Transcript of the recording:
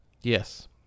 Yes